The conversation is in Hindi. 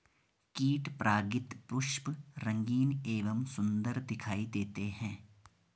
कीट परागित पुष्प रंगीन एवं सुन्दर दिखाई देते हैं